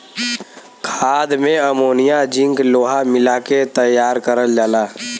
खाद में ammonia zinc लोहा मिला के तैयार करल जाला